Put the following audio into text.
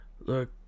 Look